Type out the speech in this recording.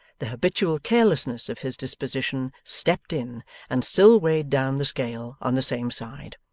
the habitual carelessness of his disposition stepped in and still weighed down the scale on the same side.